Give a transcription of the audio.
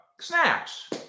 Snaps